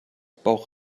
bauch